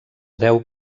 deu